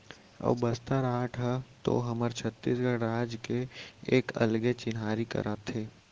अऊ बस्तर आर्ट ह तो हमर छत्तीसगढ़ राज के एक अलगे चिन्हारी कराथे